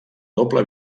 doble